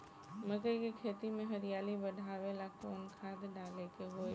मकई के खेती में हरियाली बढ़ावेला कवन खाद डाले के होई?